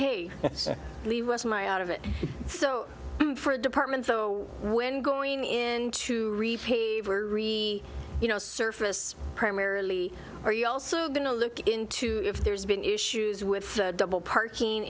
so leave us my out of it so for a department so when going into you know surface primarily are you also going to look into if there's been issues with double parking